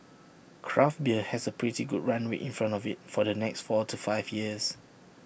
craft beer has A pretty good runway in front of IT for the next four to five years